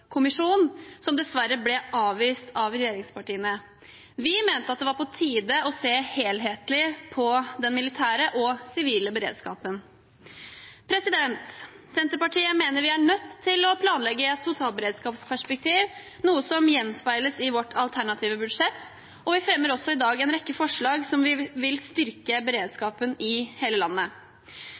noe som dessverre ble avvist av regjeringspartiene. Vi mente at det var på tide å se helhetlig på den militære og den sivile beredskapen. Senterpartiet mener vi er nødt til å planlegge i et totalberedskapsperspektiv, noe som gjenspeiles i vårt alternative budsjett, og vi fremmer også i dag en rekke forslag som vil styrke beredskapen i hele landet.